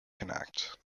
connacht